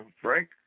Frank